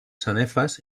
sanefes